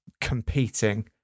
competing